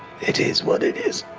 it is what it is.